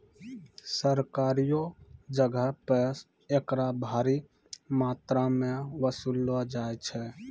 सरकारियो जगहो पे एकरा भारी मात्रामे वसूललो जाय छै